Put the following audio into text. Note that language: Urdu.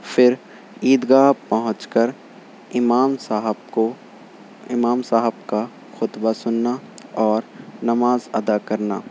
ہھر عیدگاہ پہنچ کر امام صاحب کو امام صاحب کا خطبہ سننا اور نماز ادا کرنا